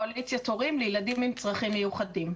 קואליציית הורים לילדים עם צרכים מיוחדים.